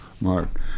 Mark